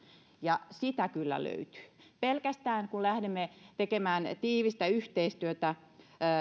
ja sitä kyllä löytyy pelkästään kun lähdemme tekemään tiivistä yhteistyötä